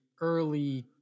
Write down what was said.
early